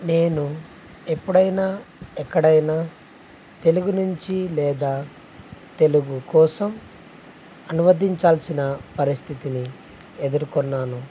నేను ఎప్పుడైనా ఎక్కడైనా తెలుగు నుంచి లేదా తెలుగు కోసం అనువదించాల్సిన పరిస్థితిని ఎదుర్కొన్నాను